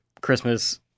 christmas